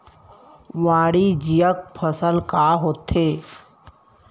वाणिज्यिक फसल का होथे?